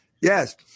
Yes